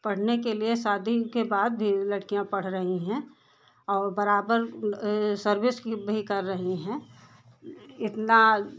पढ़ने के लिए शादी के बाद भी लड़कियाँ पढ़ रही हैं और बराबर सर्विस भी कर रही हैं इतना